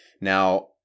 Now